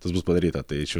tas bus padaryta tai čia